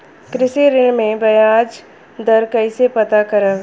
कृषि ऋण में बयाज दर कइसे पता करब?